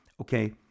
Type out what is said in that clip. Okay